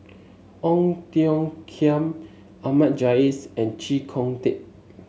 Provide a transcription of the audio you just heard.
Ong Tiong Khiam Ahmad Jais and Chee Kong Tet